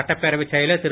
சட்டப்பேரவை செயலர் திரு